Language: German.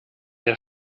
der